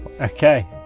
Okay